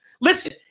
Listen